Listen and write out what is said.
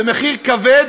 ומחיר כבד,